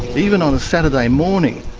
even on a saturday morning,